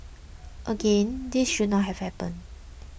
again this should not have happened